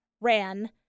ran